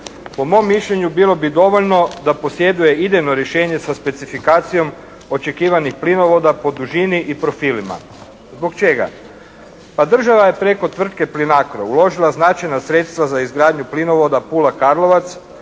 Po mom mišljenju bilo bi dovoljno da posjeduje idejno rješenje sa specifikacijom očekivanih plinovoda po dužini i profilima. Zbog čega? Pa država je preko tvrtke «Plinacro» uložila značajna sredstva za izgradnju plinovoda Pula-Karlovac